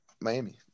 Miami